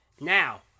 Now